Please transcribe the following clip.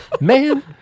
Man